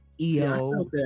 EO